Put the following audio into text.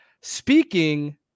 Speaking